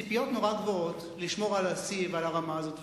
הציפיות גבוהות מאוד לשמור על השיא והרמה והזאת,